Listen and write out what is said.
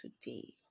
today